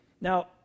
Now